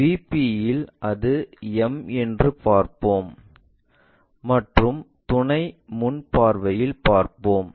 VP இல் அது m என்று பார்ப்போம் மற்றும் துணை முன் பார்வையில் பார்ப்போம்